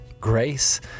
Grace